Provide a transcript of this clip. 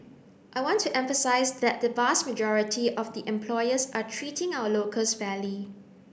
I want to emphasize that the vast majority of the employers are treating our locals fairly